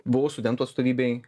buvau studentų atstovybėj